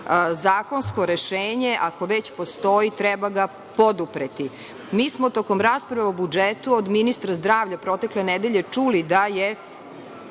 zakonsko rešenje, ako već postoji, treba ga podupreti. Mi smo tokom rasprave o budžetu od ministra zdravlja protekle nedelje čuli da je